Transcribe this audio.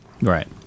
right